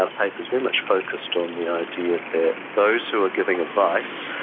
our paper is very much focused on the idea that those who are giving advice,